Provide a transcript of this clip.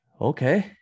okay